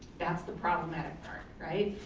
that's the problematic part, right?